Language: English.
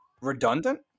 redundant